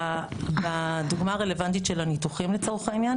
בדוגמה הרלוונטית של הניתוחים לצורך העניין